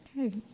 Okay